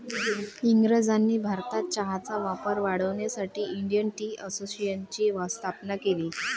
इंग्रजांनी भारतात चहाचा वापर वाढवण्यासाठी इंडियन टी असोसिएशनची स्थापना केली